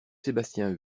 sébastien